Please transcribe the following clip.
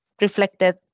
reflected